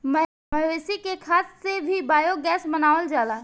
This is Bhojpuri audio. मवेशी के खाद से भी बायोगैस बनावल जाला